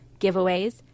giveaways